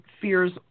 fears